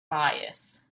bias